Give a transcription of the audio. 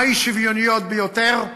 מהאי-שוויוניות ביותר.